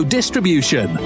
Distribution